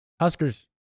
Huskers